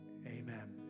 Amen